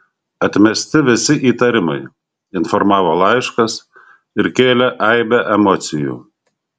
atmesti visi įtarimai informavo laiškas ir kėlė aibę emocijų